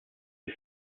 die